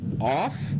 off